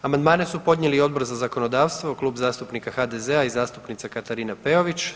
Amandmane su podnijeli i Odbor za zakonodavstvo, Klub zastupnika HDZ-a i zastupnica Katarina Peović.